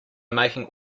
making